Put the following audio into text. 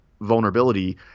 vulnerability